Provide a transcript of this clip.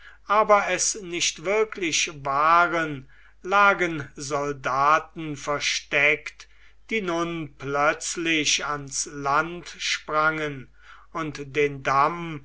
aber es nicht wirklich waren lagen soldaten versteckt die nun plötzlich ans land sprangen und den damm